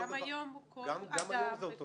גם היום זה אותו דבר.